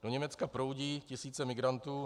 Do Německa proudí tisíce migrantů.